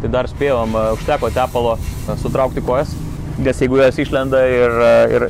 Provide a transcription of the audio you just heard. tai dar spėjom užteko tepalo sutraukti kojas nes jeigu jos išlenda ir